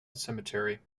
cemetery